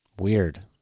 Weird